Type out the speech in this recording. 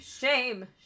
shame